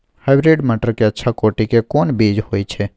Hybrid मटर के अच्छा कोटि के कोन बीज होय छै?